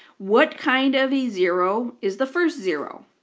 what kind of a zero is the first zero?